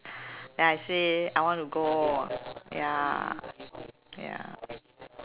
then I say I want to go ya ya